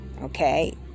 Okay